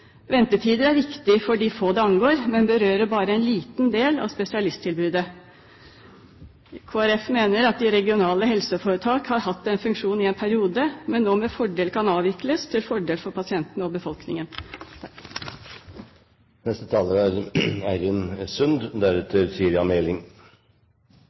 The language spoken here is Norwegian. Ventetider er viktig for de få det angår, men berører bare en liten del av spesialisttilbudet. Kristelig Folkeparti mener at de regionale helseforetak har hatt en funksjon i en periode, men nå med fordel kan avvikles til fordel for pasientene – og befolkningen. For Arbeiderpartiet er